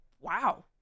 Wow